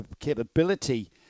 capability